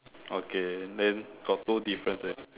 okay then got two difference